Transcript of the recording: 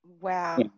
Wow